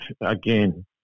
again